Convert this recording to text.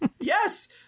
yes